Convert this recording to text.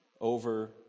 over